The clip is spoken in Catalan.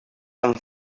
amb